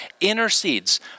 intercedes